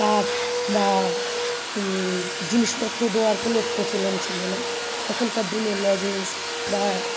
cup বা জিনিসপত্র দেওয়ার কোনো প্রচলন ছিল না তখনকার দিনে লজেন্স বা